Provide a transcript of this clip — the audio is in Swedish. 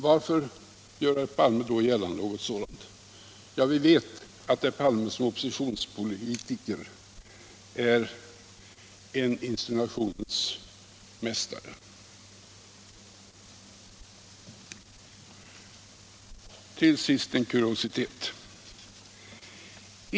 Varför gör herr Palme då sådana här påståenden? Ja, vi vet att herr Palme som oppositionspolitiker är en insinuationens mästare. Till sist en kuriositet.